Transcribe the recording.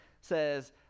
says